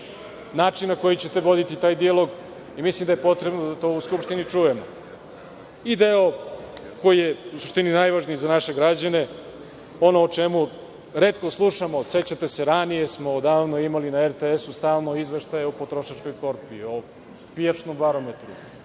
način na koji ćete voditi taj dijalog. Mislim da je potrebno da to čujemo u Skupštini. Deo koji je u suštini najvažniji za naše građane, a ono o čemu retko slušamo, sećate se, ranije smo imali na RTS stalno izveštaje o potrošačkoj korpi, o pijačnom barometru,